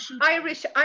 Irish